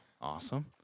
Awesome